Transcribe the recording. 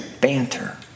banter